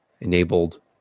enabled